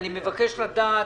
אני פותח את ישיבת ועדת הכספים.